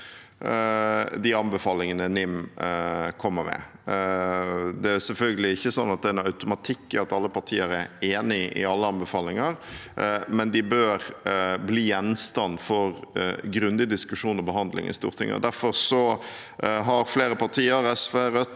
de anbefalingene NIM kommer med. Det er selvfølgelig ikke sånn at det er en automatikk i at alle partier er enig i alle anbefalinger, men de bør bli gjenstand for grundig diskusjon og behandling i Stortinget. Derfor har flere partier – SV, Rødt,